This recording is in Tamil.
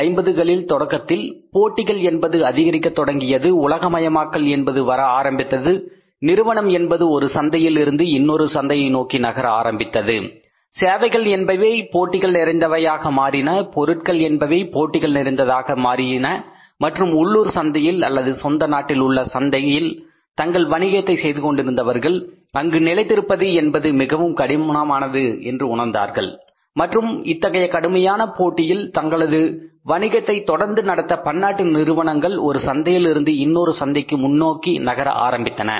1950களின் தொடக்கத்தில் போட்டிகள் என்பது அதிகரிக்கத் தொடங்கியது உலகமயமாக்கல் என்பது வர ஆரம்பித்தது நிறுவனம் என்பது ஒரு சந்தையிலிருந்து இன்னொரு சந்தையை நோக்கி நகர ஆரம்பித்தது சேவைகள் என்பவை போட்டிகள் நிறைந்தவையாக மாறின பொருட்கள் என்பவை போட்டிகள் நிறைந்ததாக மாறின மற்றும் உள்ளூர் சந்தையில் அல்லது சொந்த நாட்டில் உள்ள சந்தையில் தங்கள் வணிகத்தை செய்து கொண்டிருந்தவர்கள் அங்கு நிலைத்திருப்பது என்பது மிகவும் கடினமானது என்று உணர்ந்தார்கள் மற்றும் இத்தகைய கடுமையான போட்டியில் தங்களது வணிகத்தை தொடர்ந்து நடத்த பன்னாட்டு நிறுவனங்கள் ஒரு சந்தையில் இருந்து இன்னொரு சந்தைக்கு முன்னோக்கி நகர ஆரம்பித்தன